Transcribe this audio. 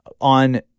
on